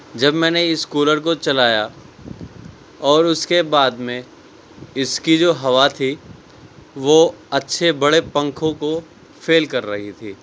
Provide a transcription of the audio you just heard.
جب میں نے اس کولر کو چلایا اور اس کے بعد میں اس کی جو ہوا تھی وہ اچھے بڑے پنکھوں کو فیل کر رہی تھی